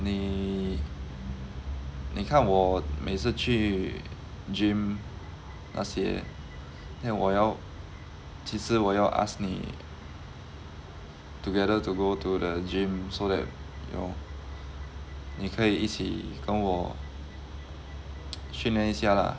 你你看我每次去 gym 那些 then 我要其实我要 ask 你 together to go to the gym so that you know 你可以一起跟我训练一下啦